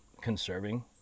conserving